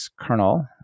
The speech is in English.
kernel